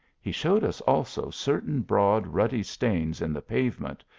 he showed us also certain broad ruddy stains in the pavement,